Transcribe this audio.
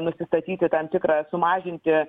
nusistatyti tam tikrą sumažinti